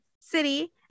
city